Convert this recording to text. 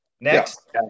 next